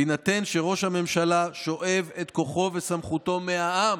בהינתן שראש הממשלה שואב את כוחו וסמכותו מהעם